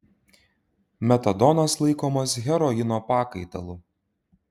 metadonas laikomas heroino pakaitalu